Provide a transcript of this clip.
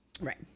Right